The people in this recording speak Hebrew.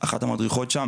אחת המדריכות שם